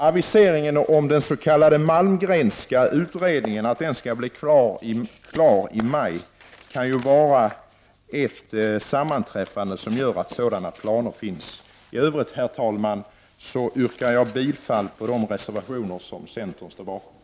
Aviseringen att den s.k. Malmgrenska utredningen skall bli klar i maj kan vara ett sammanträffande som innebär att sådana planer finns. I övrigt, herr talman, yrkar jag bifall till de reservationer som centern står bakom.